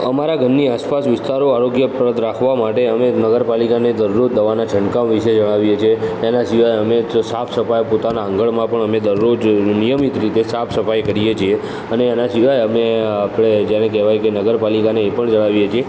અમારા ઘરની આસપાસ વિસ્તારો આરોગ્યપ્રદ રાખવા માટે અમે નગરપાલિકાને દરરોજ દવાના છંટકાવ વિષે જણાવીએ છીએ એના સિવાય અમે સાફ સફાઈ પોતાના આંગણમાં પણ અમે દરરોજ નિયમિત રીતે સાફ સફાઈ કરીએ છીએ અને એના સિવાય અમે આપણે જ્યારે કહેવાય કે નગરપાલિકાને એ પણ જણાવી છીએ